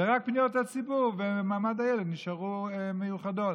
ורק פניות הציבור ומעמד הילד נשארו מיוחדות.